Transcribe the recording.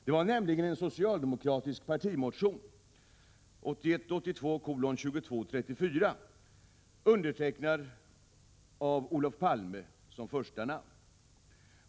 Det var nämligen en socialdemokratisk motion, 1981/82:2234, med Olof Palme som första namn.